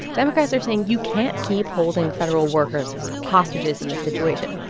democrats are saying, you can't keep holding federal workers as hostages in this situation.